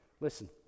listen